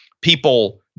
people